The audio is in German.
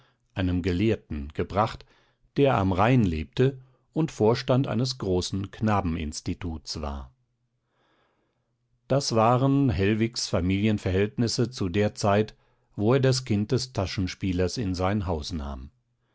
einem gelehrten gebracht der am rhein lebte und vorstand eines großen knabeninstituts war das waren hellwigs familienverhältnisse zu der zeit wo er das kind des taschenspielers in sein haus nahm